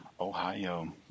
Ohio